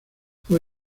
fue